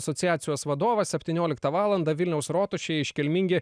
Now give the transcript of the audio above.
asociacijos vadovas septynioliktą valandą vilniaus rotušėj iškilmingi